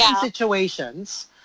situations